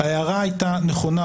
ההערה הייתה נכונה,